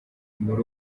muri